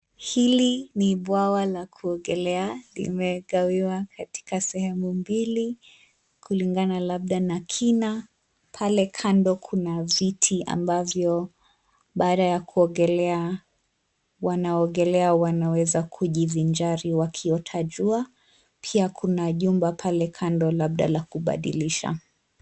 Hili ni bwawa la kuogelea, limegawiwa katika sehemu mbili, kulingana labda na kina, pale kando kuna viti ambavyo baada ya kuogelea, wanaoogelea wanaweza kujivinjari wakiota jua pia kuna jumba pale kando labda la kubadilisha.